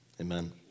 amen